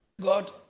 God